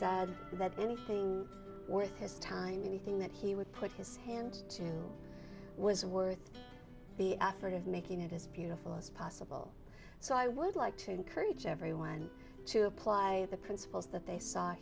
said that anything worth his time anything that he would put his hands to was worth the effort of making it as beautiful as possible so i would like to encourage everyone to apply the principles that they saw